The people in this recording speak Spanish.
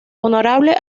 honorable